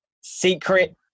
secret